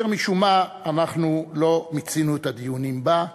אשר משום מה אנחנו לא מיצינו את הדיונים בה.